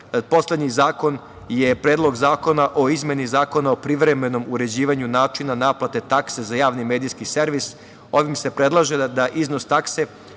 godine. Poslednji zakon je Predlog zakona o izmeni Zakona o privremenom uređivanju načina naplate takse za javni medijski servis. Ovim se predlaže da iznos takse